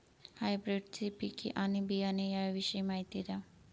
हायब्रिडची पिके आणि बियाणे याविषयी माहिती द्या